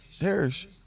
Harris